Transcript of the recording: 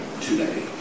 today